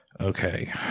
Okay